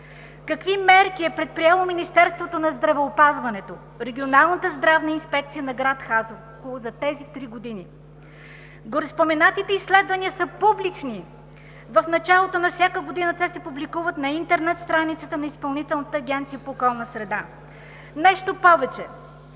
Какви мерки е предприело Министерството на здравеопазването, Регионалната здравна инспекция на град Хасково за тези три години? Гореспоменатите изследвания са публични. В началото на всяка година те се публикуват на интернет страницата на Изпълнителната агенция по околна среда. Нещо повече,